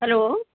hello